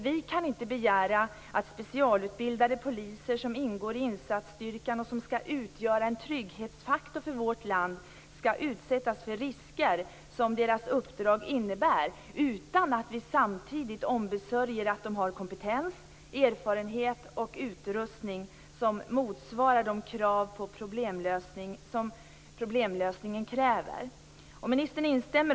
Vi kan inte begära att de specialutbildade poliser som ingår i insatsstyrkan och som skall utgöra en trygghetsfaktor för vårt land skall utsättas för de risker som deras uppdrag innebär utan att vi samtidigt ombesörjer att de har en kompetens, erfarenhet och utrustning som motsvarar de krav som problemlösningen ställer. Ministern instämmer.